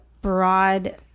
broad